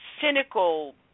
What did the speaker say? cynical